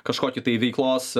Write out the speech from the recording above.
kažkokį tai veiklos